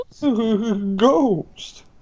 Ghost